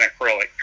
acrylic